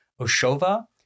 Oshova